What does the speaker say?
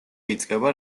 იწყება